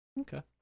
okay